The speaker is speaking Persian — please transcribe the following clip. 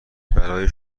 برای